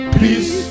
peace